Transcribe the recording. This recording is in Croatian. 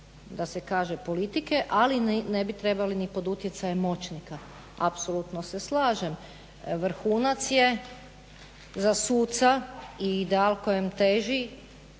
da se kaže politike, ali ne bi trebali ni pod utjecajem moćnika. Apsolutno se slažem. Vrhunac je za suca i ideal kojem teži